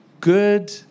good